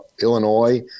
Illinois